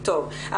טוב.